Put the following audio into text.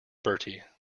bertie